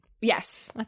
Yes